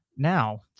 now